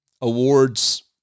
awards